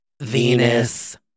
Venus